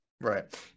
Right